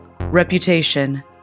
reputation